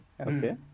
Okay